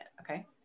okay